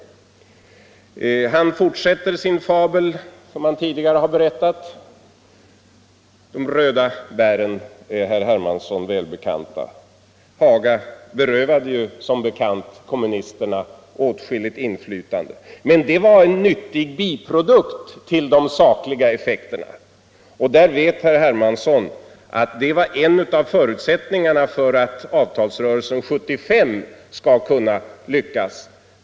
Han fortsätter på den fabel han tidigare har berättat; de röda bären är herr Hermansson välbekanta. Hagaöverenskommelsen berövade som bekant kommunisterna åtskilligt inflytande. Det var en nyttig biprodukt av de sakliga effekterna. Herr Hermansson vet att Hagaöverenskommelsen är en av förutsättningarna för att avtalsrörelsen 1975 skall lyckas.